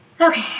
Okay